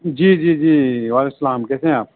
جی جی جی وعلیکم السلام کیسے ہیں آپ